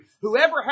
whoever